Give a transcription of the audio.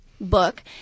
book